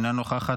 אינו נוכחת,